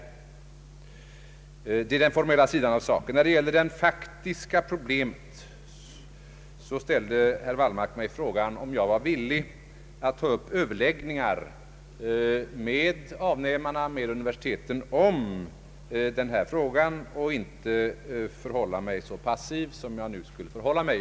Det är den formella sidan av saken. När det gäller det faktiska problemet ställde mig herr Wallmark frågan om jag var villig att ta upp överläggningar med avnämarna, universiteten, om den na fråga och inte förhålla mig så passiv som jag nu skulle ha gjort.